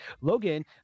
Logan